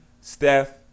Steph